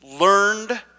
learned